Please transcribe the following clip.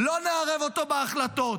לא נערב אותו בהחלטות.